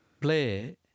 play